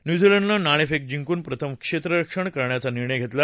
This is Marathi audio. न्यूझीलंडन नाणेफेक जिंकून प्रथम क्षेत्ररक्षण करायचा निर्णय घेतला